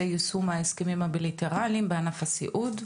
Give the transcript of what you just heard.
יישום ההסכמים הבילאטרליים בענף הסיעוד,